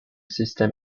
system